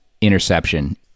interception